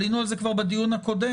עלינו על זה כבר בדיון הקודם,